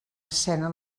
escena